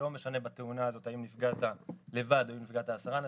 לא משנה בתאונה הזאת האם נפגעת לבד או אם נפגעו עשרה אנשים,